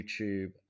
youtube